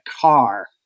car